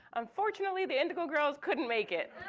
unfortunately, the indigo girls couldn't make it.